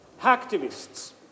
Hacktivists